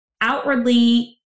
outwardly